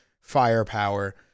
firepower